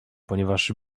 ponieważ